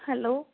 hello